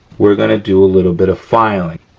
we're gonna do a little bit of filing.